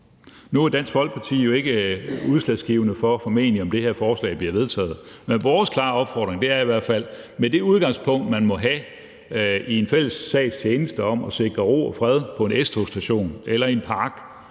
Nu er Dansk Folkeparti jo formentlig ikke udslagsgivende for, om det her forslag bliver vedtaget, men vores klare opfordring er i hvert fald, at med det udgangspunkt, vi måtte have i en fælles sags tjeneste om at sikre ro og fred på en S-togsstation eller i en park